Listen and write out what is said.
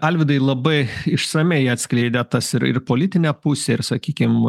alvydai labai išsamiai atskleidėt tas ir ir politinę pusę ir sakykim